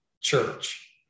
church